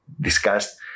discussed